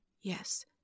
yes